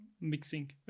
mixing